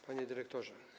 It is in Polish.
Panie Dyrektorze!